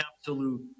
absolute